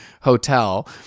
hotel